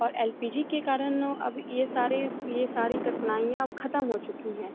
और L P G के कारण अब यह सारे यह सारी कठिनाइयाँ अब ख़त्म हो चुकी हैं